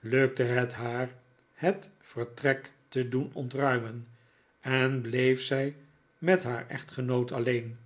lukte het haar het vertrek te doen ontruimen en bleef zij met haar echtgenoot alleen